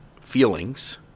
feelings